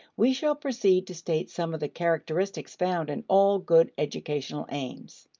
we shall proceed to state some of the characteristics found in all good educational aims.